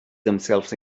themselves